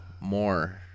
more